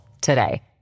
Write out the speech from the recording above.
today